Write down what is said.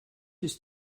ist